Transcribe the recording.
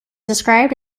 described